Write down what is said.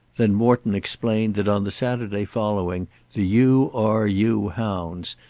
then morton explained that on the saturday following the u. r. u. hounds,